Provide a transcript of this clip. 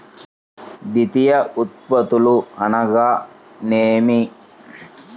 ద్వితీయ ఉత్పత్తులు అనగా నేమి?